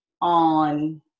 on